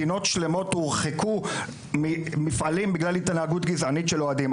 מדינות שלמות הורחקו ממפעלים בגלל התנהגות גזענית של אוהדים.